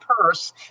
purse